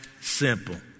simple